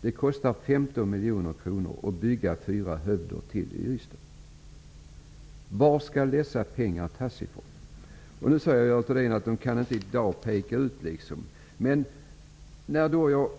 Det kostar 15 miljoner kronor att bygga ytterligare fyra hövder i Ystad. Varifrån skall man ta dessa pengar? Görel Thurdin säger att man inte kan peka ut det i dag.